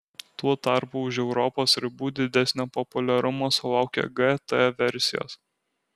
tuo tarpu už europos ribų didesnio populiarumo sulaukia gt versijos